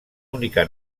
única